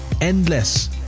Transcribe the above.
endless